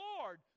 Lord